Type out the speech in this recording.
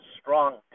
strong